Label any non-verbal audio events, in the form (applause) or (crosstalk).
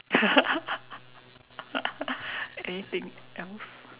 (laughs) anything else